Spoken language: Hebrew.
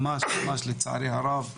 ממש לצערי הרב,